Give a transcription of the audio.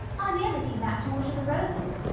i merely came back to water the roses.